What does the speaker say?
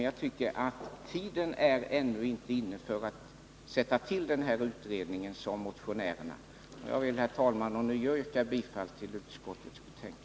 Tiden är ännu inte inne att tillsätta den utredning som motionärerna föreslår. Herr talman! Jag yrkar ånyo bifall till utskottets hemställan.